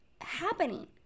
happening